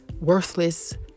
worthless